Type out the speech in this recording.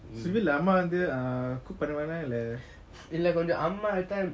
civil அம்மா வந்து:sivil amma vanthu cook பண்ணுவாங்களா இல்ல:panuvangala illa